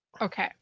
Okay